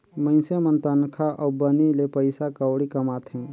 मइनसे मन तनखा अउ बनी ले पइसा कउड़ी कमाथें